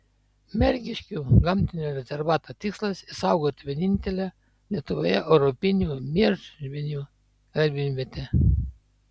mergiškių gamtinio rezervato tikslas išsaugoti vienintelę lietuvoje europinių miežvienių radimvietę